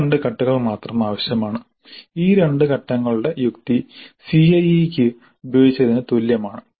ഈ രണ്ട് ഘട്ടങ്ങൾ മാത്രം ആവശ്യമാണ് ഈ രണ്ട് ഘട്ടങ്ങളുടെ യുക്തി CIE യ്ക്ക് ഉപയോഗിച്ചതിന് തുല്യമാണ്